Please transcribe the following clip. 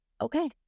okay